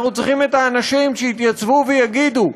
אנחנו צריכים את האנשים שיתייצבו ויגידו: